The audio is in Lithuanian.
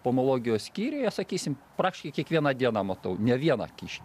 pomologijos skyriuje sakysim praktiškai kiekvieną dieną matau ne vieną kiškį